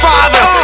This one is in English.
Father